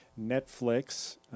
Netflix